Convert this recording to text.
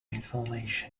information